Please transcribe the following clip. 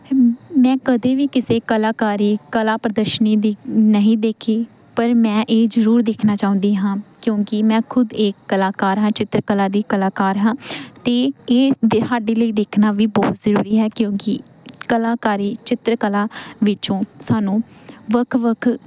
ਮੈਂ ਕਦੇ ਵੀ ਕਿਸੇ ਕਲਾਕਾਰੀ ਕਲਾ ਪ੍ਰਦਰਸ਼ਨੀ ਦੀ ਨਹੀਂ ਦੇਖੀ ਪਰ ਮੈਂ ਇਹ ਜ਼ਰੂਰ ਦੇਖਣਾ ਚਾਹੁੰਦੀ ਹਾਂ ਕਿਉਂਕਿ ਮੈਂ ਖੁਦ ਇੱਕ ਕਲਾਕਾਰ ਹਾਂ ਚਿੱਤਰਕਲਾ ਦੀ ਕਲਾਕਾਰ ਹਾਂ ਅਤੇ ਇਹ ਦੇ ਸਾਡੇ ਲਈ ਦੇਖਣਾ ਵੀ ਬਹੁਤ ਜ਼ਰੂਰੀ ਹੈ ਕਿਉਂਕਿ ਕਲਾਕਾਰੀ ਚਿੱਤਰਕਲਾ ਵਿੱਚੋਂ ਸਾਨੂੰ ਵੱਖ ਵੱਖ